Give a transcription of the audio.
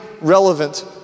relevant